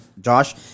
josh